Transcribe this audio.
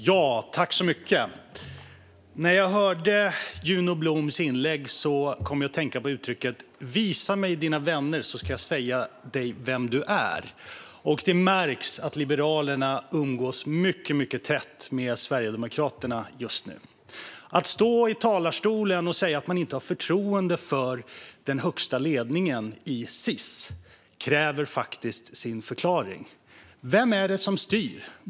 Fru talman! När jag hörde Juno Bloms inlägg kom jag att tänka på uttrycket "visa mig dina vänner så ska jag säga dig vem du är". Det märks att Liberalerna umgås mycket tätt med Sverigedemokraterna just nu. Att ledamoten står i talarstolen och säger att hon inte har förtroende för den högsta ledningen för Sis kräver sin förklaring. Vem är det som styr?